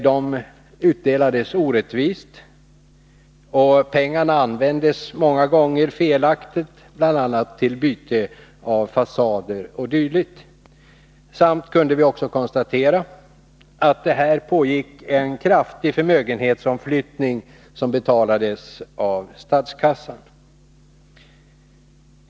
De utdelades orättvist, och pengarna användes många gånger felaktigt, bl.a. till byte av fasader o. d. Samtidigt kunde vi konstatera att här pågick en kraftig förmögenhetsomflyttning, som betalades av statskassan.